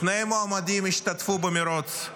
שני מועמדים השתתפו במרוץ.